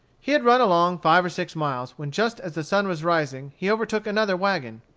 he had run along five or six miles, when just as the sun was rising he overtook another wagon.